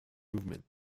movement